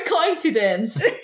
coincidence